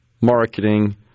marketing